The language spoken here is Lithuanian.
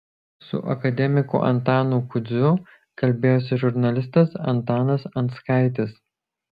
su akademiku antanu kudziu kalbėjosi žurnalistas antanas anskaitis